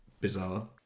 bizarre